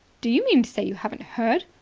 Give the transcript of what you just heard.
do you mean to say you haven't heard?